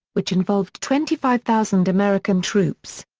which involved twenty five thousand american troops.